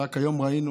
רק היום ראינו,